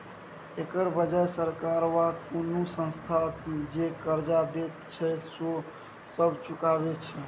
एकर बियाज सरकार वा कुनु संस्था जे कर्जा देत छैथ ओ सब चुकाबे छै